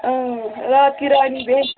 آ راتھ کی رانی بیٚیہِ